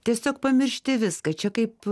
tiesiog pamiršti viską čia kaip